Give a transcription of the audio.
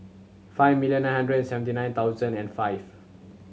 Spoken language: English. five million nine hundred and fifty nine thousand and five